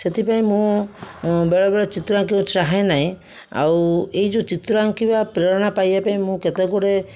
ସେଥିପାଇଁ ମୁଁ ବେଳେବେଳେ ଚିତ୍ର ଆଙ୍କିବାକୁ ଚାହେଁ ନାହିଁ ଆଉ ଏଇ ଯେଉଁ ଚିତ୍ର ଆଙ୍କିବା ପ୍ରେରଣା ପାଇବା ପାଇଁ ମୁଁ କେତେ ଗୁଡ଼ିଏ